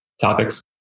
Topics